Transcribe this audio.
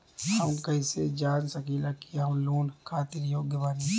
हम कईसे जान सकिला कि हम लोन खातिर योग्य बानी?